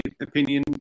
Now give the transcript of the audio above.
opinion